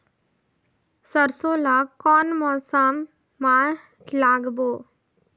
सरसो ला कोन मौसम मा लागबो?